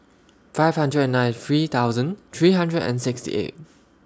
five hundred and ninety three thousand three hundred and sixty eight